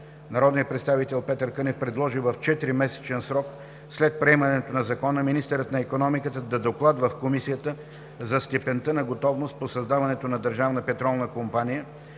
Народният представител Петър Кънев предложи в 4-месечен срок след приемането на Закона министърът на икономиката да докладва в Комисията за степента на готовност по създаването на